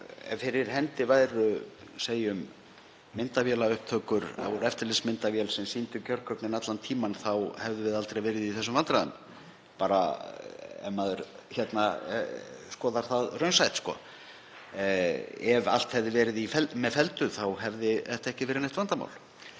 ef fyrir hendi væru myndavélaupptökur úr eftirlitsmyndavél sem sýndu kjörgögnin allan tímann hefðum við aldrei verið í þessum vandræðum, ef maður skoðar það bara raunsætt. Ef allt hefði verið með felldu hefði þetta ekki verið neitt vandamál.